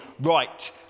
right